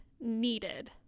needed